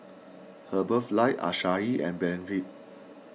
Herbalife Asahi and Benefit